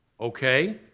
Okay